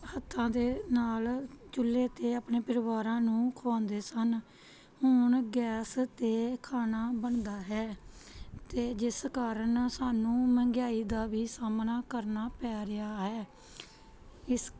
ਹੱਥਾਂ ਦੇ ਨਾਲ ਚੁੱਲ੍ਹੇ 'ਤੇ ਆਪਣੇ ਪਰਿਵਾਰਾਂ ਨੂੰ ਖੁਆਂਦੇ ਸਨ ਹੁਣ ਗੈਸ 'ਤੇ ਖਾਣਾ ਬਣਦਾ ਹੈ ਅਤੇ ਜਿਸ ਕਾਰਨ ਸਾਨੂੰ ਮੰਗਿਆਈ ਦਾ ਵੀ ਸਾਹਮਣਾ ਕਰਨਾ ਪੈ ਰਿਹਾ ਹੈ ਇਸ